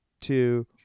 two